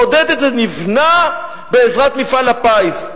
היא מעודדת: זה נבנה בעזרת מפעל הפיס.